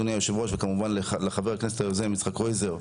אדוני היושב-ראש וכמובן לח"כ היוזם יצחק קרויזר,